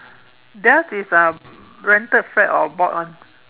theirs is rented flat or brought one